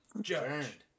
Judge